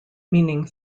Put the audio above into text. meaning